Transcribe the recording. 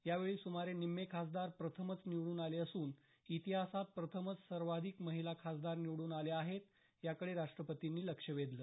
यावेळी सुमारे निम्मे खासदार प्रथमच निवडून आले असून इतिहासात प्रथमच सर्वाधिक महिला खासदार निवडून आल्या आहेत याकडे राष्ट्रपतींनी लक्ष वेधलं